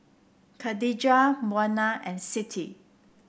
Khadija Munah and Siti